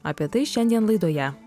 apie tai šiandien laidoje